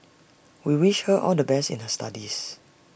we wish her all the best in her studies